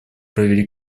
провели